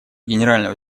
генерального